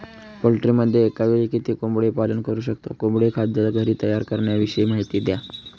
पोल्ट्रीमध्ये एकावेळी किती कोंबडी पालन करु शकतो? कोंबडी खाद्य घरी तयार करण्याविषयी माहिती द्या